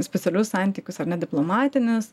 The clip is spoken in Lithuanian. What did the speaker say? specialius santykius ar nediplomatinius